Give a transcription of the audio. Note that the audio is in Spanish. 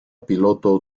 piloto